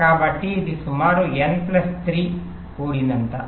కాబట్టి ఇది సుమారు n ప్లస్ 3n3 కూడినంత